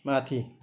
माथि